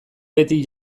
beti